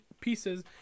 pieces